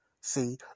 See